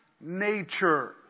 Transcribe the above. nature